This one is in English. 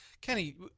kenny